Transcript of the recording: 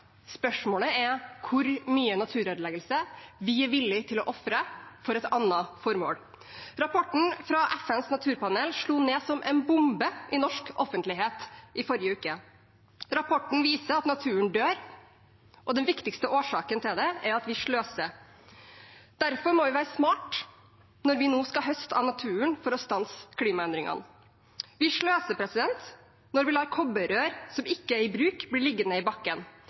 Spørsmålet er hvor mye naturødeleggelse vi er villig til å akseptere for et annet formål. Rapporten fra FNs naturpanel slo ned som en bombe i norsk offentlighet i forrige uke. Rapporten viser at naturen dør, og at den viktigste årsaken til det er at vi sløser. Derfor må vi være smarte når vi nå skal høste av naturen for å stanse klimaendringene. Vi sløser når vi lar kobberrør som ikke er i bruk, bli liggende i bakken.